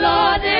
Lord